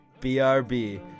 BRB